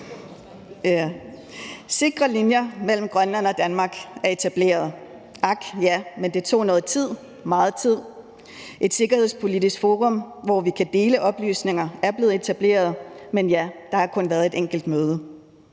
Sikre linjer mellem Grønland og Danmark er etableret, men det tog noget tid – ak, ja – meget tid. Et sikkerhedspolitisk forum, hvor vi kan dele oplysninger, er blevet etableret, men ja, der har kun været et enkelt møde.